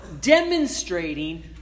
demonstrating